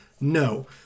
No